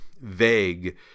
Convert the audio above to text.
vague